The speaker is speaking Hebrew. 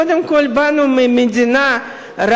אז קודם כול, באנו ממדינה רב-לאומית,